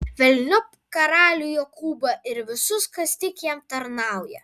velniop karalių jokūbą ir visus kas tik jam tarnauja